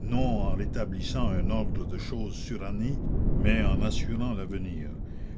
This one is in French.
non en rétablissant un ordre de choses suranné mais en assurant l'avenir